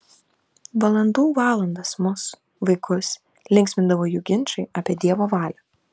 valandų valandas mus vaikus linksmindavo jų ginčai apie dievo valią